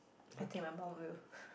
I think my mom will